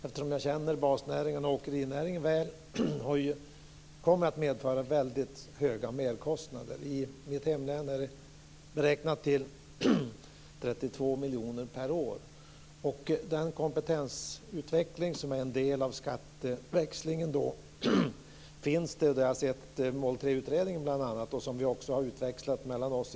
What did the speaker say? Eftersom jag känner basnäringarna och åkerinäringen väl vet jag att den kommer att medföra väldigt höga merkostnader. I mitt hemlän beräknas de till 32 miljoner per år. Det finns risk för att enmansföretagen, åkarna och entreprenörerna, inte kommer att omfattas av satsningen på kompetensutveckling, som är en del av skatteväxlingen.